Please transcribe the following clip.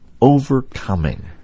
overcoming